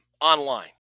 online